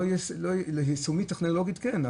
יישומית טכנולוגית זה כן,